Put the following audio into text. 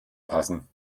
passen